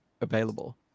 available